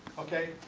okay.